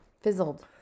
fizzled